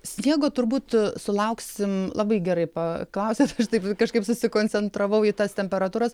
sniego turbūt sulauksim labai gerai paklausėt aš taip kažkaip susikoncentravau į tas temperatūras